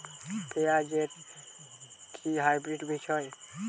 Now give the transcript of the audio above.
পেঁয়াজ এর কি হাইব্রিড বীজ হয়?